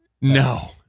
No